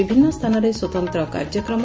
ବିଭିନ୍ନ ସ୍ଥାନରେ ସ୍ୱତନ୍ତ କାର୍ଯ୍ୟକ୍ରମ